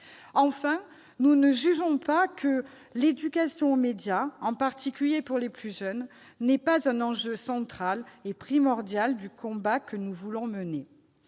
Enfin, nous ne considérons pas que « l'éducation aux médias, en particulier pour les plus jeunes, n'est pas un enjeu central et primordial du combat que nous voulons mener